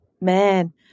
man